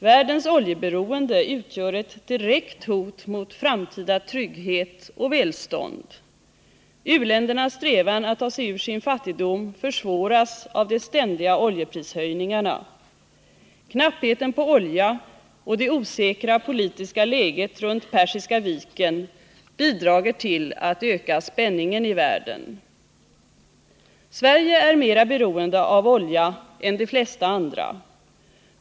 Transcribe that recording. Världens oljeberoende utgör ett direkt hot mot framtida trygghet och välstånd. U-ländernas strävan att ta sig ur sin fattigdom försvåras av de ständiga oljeprishöjningarna. Knappheten på olja och det osäkra politiska läget runt Persiska viken bidrar till att öka spänningen i världen. Sverige är mer beroende av oljan än de flesta andra.